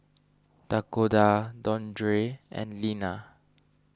Dakoda Dondre and Linna